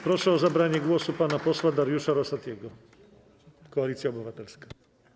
Proszę o zabranie głosu pana posła Dariusza Rosatiego, Koalicja Obywatelska.